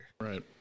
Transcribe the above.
right